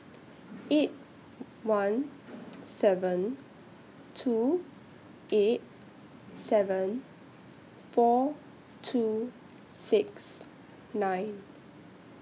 eight one seven two eight seven four two six nine